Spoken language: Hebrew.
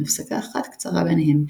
עם הפסקה אחת קצרה ביניהם,